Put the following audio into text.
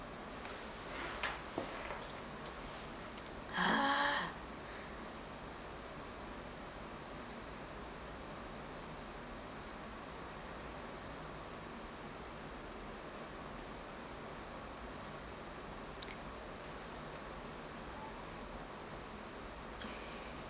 ugh